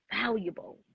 valuable